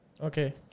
okay